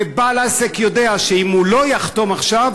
ובעל עסק יודע שאם הוא לא יחתום עכשיו,